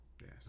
Yes